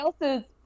else's